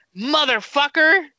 motherfucker